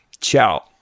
ciao